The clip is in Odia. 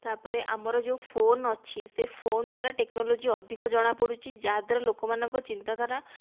ତାପରେ ଆମର ଯେଉଁ ଫୋନ୍ ଅଛି ସେ ଫୋନ୍ ଦ୍ୱାରା ଟେକ୍ନୋଲୋଜି ଅଧିକ ଜଣାପଡ଼ୁଛି ଯାହାଦ୍ୱାରା ଲୋକମାନଙ୍କ ଚିନ୍ତାଧାରା